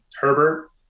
Herbert